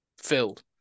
filled